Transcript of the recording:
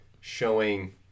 showing